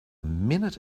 minute